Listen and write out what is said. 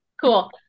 cool